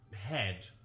head